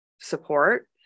support